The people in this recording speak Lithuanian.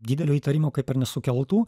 didelio įtarimo kaip ir nesukeltų